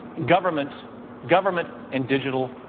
government government in digital,